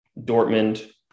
Dortmund